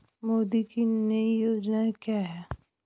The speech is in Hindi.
मोदी की नई योजना क्या है?